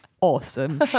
awesome